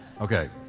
Okay